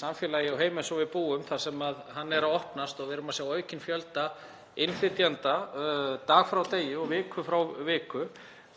samfélagi og heimi eins og við búum í sem er að opnast og við erum að sjá aukinn fjölda innflytjenda dag frá degi og viku frá viku